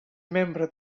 membre